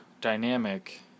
dynamic